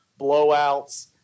blowouts